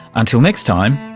until next time,